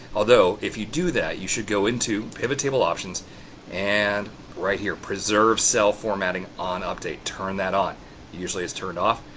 although if you do that you should go into pivottable options and right here preserve cell formatting on update turn that on usually it's turned off.